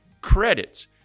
credits